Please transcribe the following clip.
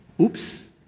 Oops